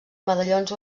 medallons